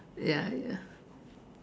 ya ya